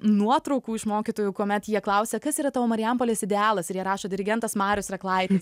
nuotraukų iš mokytojų kuomet jie klausia kas yra tavo marijampolės idealas ir jie rašo dirigentas marius reklaitis